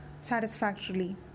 satisfactorily